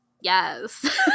yes